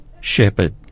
shepherd